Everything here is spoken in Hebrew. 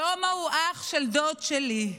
שלמה הוא אח של דוד שלי,